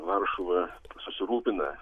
varšuva susirūpina